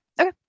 Okay